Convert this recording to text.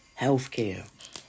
healthcare